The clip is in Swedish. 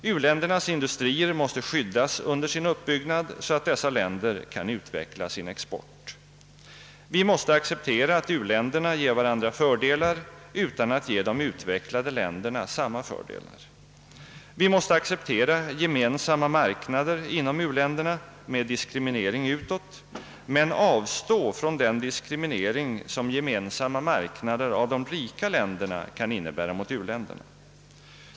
U-ländernas industrier måste skyddas under sin uppbyggnad så att dessa länder kan utveckla sin export. Vi måste acceptera att u-länderna ger varandra fördelar utan att ge de utvecklade länderna samma fördelar. Vi måste acceptera gemensamma marknader inom uländerna med diskriminering utåt men avstå från den diskriminering som gemensamma marknader bland de rika länderna kan innebära gentemot u-länderna.